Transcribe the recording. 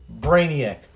Brainiac